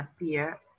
appear